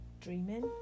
dreaming